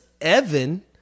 Evan –